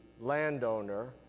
landowner